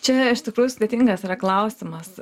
čia iš tikrųjų sudėtingas yra klausimas